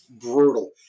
brutal